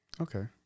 okay